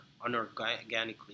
unorganically